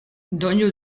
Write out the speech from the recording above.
doinu